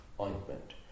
ointment